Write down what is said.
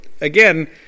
again